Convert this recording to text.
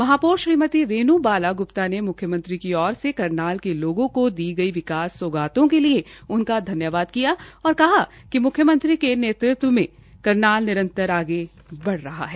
महापौर श्रीमती रेन् बाला ग्प्ता ने म्ख्यमंत्री की ओर से करनाल के लोगों को दी गई विकास सौगातों के लिए उनका धन्यवाद किया और कहा कि म्ख्यमंत्री के नेतृत्व में करनाल निरंतर आगे बढ़ रहा है